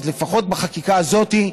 לפחות בחקיקה הזאת,